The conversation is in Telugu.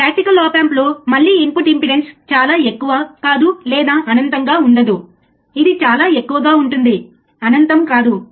ప్రాక్టికల్ ఆప్ ఆంప్లో ఈ అవుట్పుట్ వోల్టేజ్ 0 వోల్ట్ను మనం చూడలేమని మనం అర్థం చేసుకున్నాము మనం కొన్ని మిల్లివోల్ట్లను చూస్తాము సరియైనదా